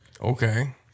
Okay